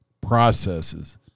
processes